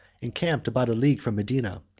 encamped about a league from medina,